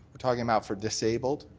we're talking about for disabled.